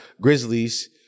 Grizzlies